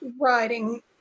writing